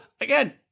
again